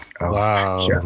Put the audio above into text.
Wow